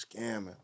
scamming